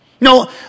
No